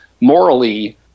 morally